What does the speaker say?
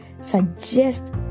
suggest